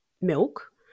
milk